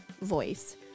voice